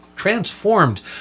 transformed